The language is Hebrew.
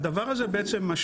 הדבר הזה משפיע